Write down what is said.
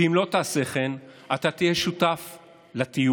ואם לא תעשה כן, אתה תהיה שותף לטיוח.